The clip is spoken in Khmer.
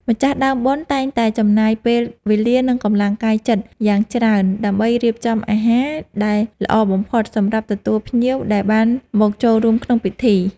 ម្ចាស់ដើមបុណ្យតែងតែចំណាយពេលវេលា និងកម្លាំងកាយចិត្តយ៉ាងច្រើន ដើម្បីរៀបចំអាហារដែលល្អបំផុតសម្រាប់ទទួលភ្ញៀវដែលបានមកចូលរួមក្នុងពិធី។